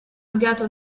odiato